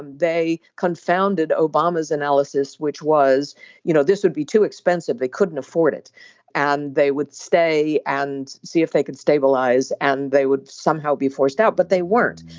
they confounded obama's analysis which was you know this would be too expensive. they couldn't afford it and they would stay and see if they could stabilize and they would somehow be forced out but they weren't.